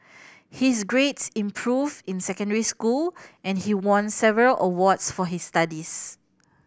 his grades improved in secondary school and he won several awards for his studies